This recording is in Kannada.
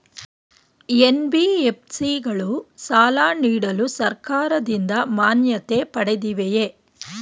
ಎನ್.ಬಿ.ಎಫ್.ಸಿ ಗಳು ಸಾಲ ನೀಡಲು ಸರ್ಕಾರದಿಂದ ಮಾನ್ಯತೆ ಪಡೆದಿವೆಯೇ?